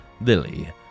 Lily